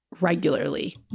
regularly